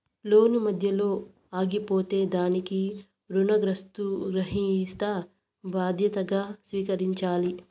లోను మధ్యలో ఆగిపోతే దానికి రుణగ్రహీత బాధ్యతగా స్వీకరించాలి